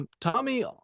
Tommy